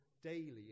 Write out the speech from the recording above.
daily